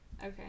Okay